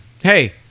hey